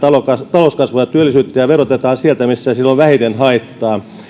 talouskasvua ja työllisyyttä ja verotetaan sieltä missä sillä on vähiten haittaa